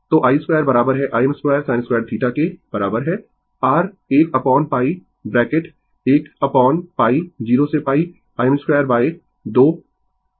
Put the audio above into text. तो i2 बराबर है Im2sin2dθ के बराबर है r 1 अपोन π ब्रैकेट 1 अपोन π 0 से π Im2 2 1 cos 2θdθ के